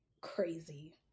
crazy